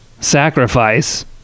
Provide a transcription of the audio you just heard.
sacrifice